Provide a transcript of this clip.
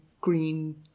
green